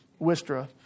Wistra